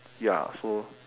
ya so